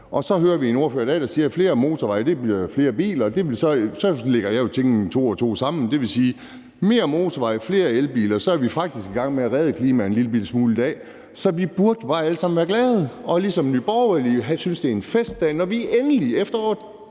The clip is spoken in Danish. Så hører vi en ordfører i dag, der siger, at flere motorveje betyder flere biler, og så lægger jeg jo to og to sammen og tænker, at det vil sige, at med flere motorveje og flere elbiler er vi faktisk i gang med at redde klimaet en lillebitte smule i dag, og så burde vi bare alle sammen være glade og ligesom Nye Borgerlige synes, at det er en festdag, når vi endelig efter